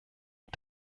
und